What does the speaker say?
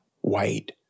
white